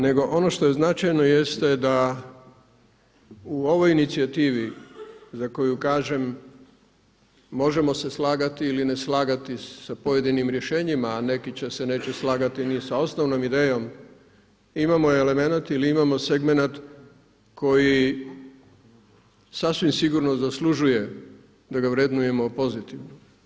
Nego ono što je značajno jest da u ovoj inicijativi za koju kažem možemo se slagati ili ne slagati sa pojedinim rješenjima, a neki se neće slagati ni sa osnovnom idejom imamo elemenat ili imamo segment koji sasvim sigurno zaslužuje da ga vrednujemo pozitivno.